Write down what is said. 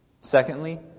Secondly